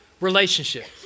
relationship